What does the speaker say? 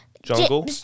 jungle